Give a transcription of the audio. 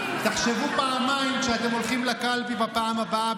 תחשבו פעמיים כשאתם הולכים לקלפי בפעם הבאה,